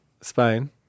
Spain